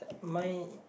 my